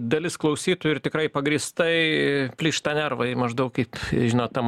dalis klausytojų ir tikrai pagrįstai plyšta nervai maždaug kaip žinot tam